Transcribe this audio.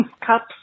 cups